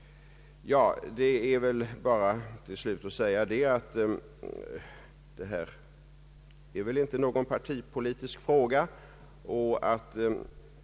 Till slut vill jag endast säga att detta inte är någon partipolitisk fråga.